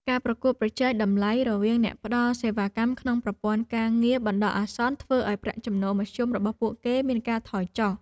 ការប្រកួតប្រជែងតម្លៃរវាងអ្នកផ្តល់សេវាកម្មក្នុងប្រព័ន្ធការងារបណ្ដោះអាសន្ន ធ្វើឱ្យប្រាក់ចំណូលមធ្យមរបស់ពួកគេមានការថយចុះ។